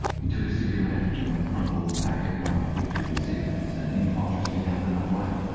he took a cigarette from a crumpled packet marked victory cigarettes and incautiously held it upright,